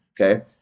okay